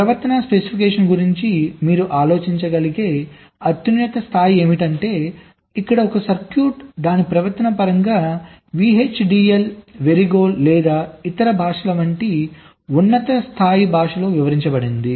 ప్రవర్తనా స్పెసిఫికేషన్ గురించి మీరు ఆలోచించగలిగే అత్యున్నత స్థాయి ఏమిటంటే ఇక్కడ ఒక సర్క్యూట్ దాని ప్రవర్తన పరంగా VHDL వెరిలోగ్ లేదా ఇతర భాషల వంటి ఉన్నత స్థాయి భాషలో వివరించబడింది